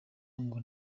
ngo